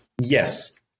yes